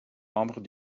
membre